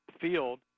field